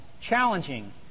Challenging